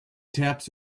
taps